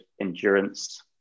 endurance